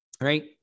Right